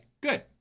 good